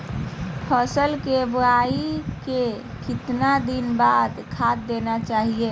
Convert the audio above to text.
फसल के बोआई के कितना दिन बाद खाद देना चाइए?